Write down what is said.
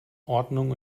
ordnung